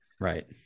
Right